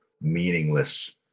meaningless